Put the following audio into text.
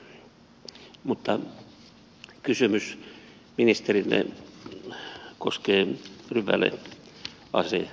mutta kysymys ministerille koskee rypäleasesopimusta